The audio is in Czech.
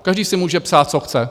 Každý si může psát, co chce.